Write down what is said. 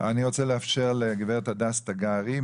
אני רוצה לאפשר לגברת הדס תגרי,